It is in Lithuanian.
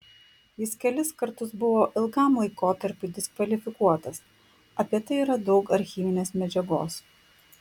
jis kelis kartus buvo ilgam laikotarpiui diskvalifikuotas apie tai yra daug archyvinės medžiagos